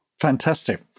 Fantastic